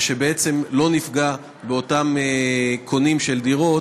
ושבעצם לא נפגע באותם קונים של דירות,